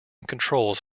controls